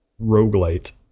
roguelite